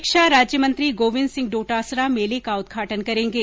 शिक्षा राज्य मंत्री गोविन्द सिंह डोटासरा मेले का उदघाटन करेंगे